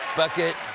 bucket